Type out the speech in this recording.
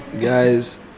Guys